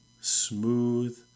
smooth